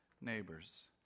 neighbors